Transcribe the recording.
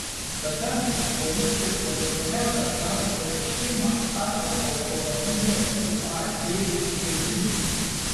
tada policijos komisariatas gavo pareiškimą apie automobilio uaz pirkimą